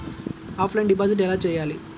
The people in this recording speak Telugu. ఆఫ్లైన్ డిపాజిట్ ఎలా చేయాలి?